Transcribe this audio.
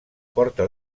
porta